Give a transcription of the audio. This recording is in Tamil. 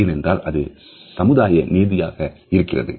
ஏனென்றால் அது சமுதாய நியதியாக இருக்கிறது